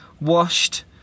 washed